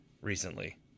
recently